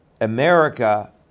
America